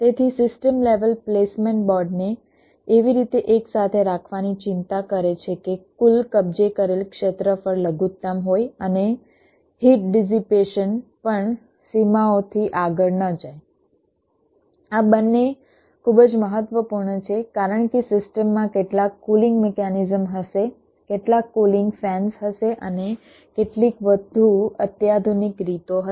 તેથી system level placement બોર્ડને એવી રીતે એકસાથે રાખવાની ચિંતા કરે છે કે કુલ કબજે કરેલ ક્ષેત્રફળ લઘુત્તમ હોય અને હીટ ડીસીપેશન પણ સીમાઓથી આગળ ન જાય આ બંને ખૂબ જ મહત્વપૂર્ણ છે કારણ કે સિસ્ટમમાં કેટલાક કૂલિંગ મિકેનિઝમ હશે કેટલાક કૂલિંગ ફેન્સ હશે અને કેટલીક વધુ અત્યાધુનિક રીતો હશે